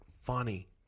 funny